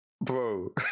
bro